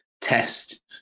test